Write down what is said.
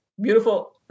beautiful